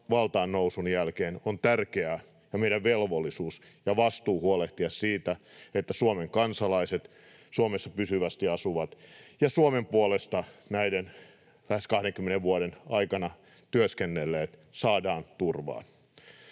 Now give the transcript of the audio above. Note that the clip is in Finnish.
valtaannousun jälkeen... On tärkeää — ja meillä on velvollisuus ja vastuu huolehtia siitä — että Suomen kansalaiset, Suomessa pysyvästi asuvat ja Suomen puolesta näiden lähes 20 vuoden aikana työskennelleet saadaan turvaan.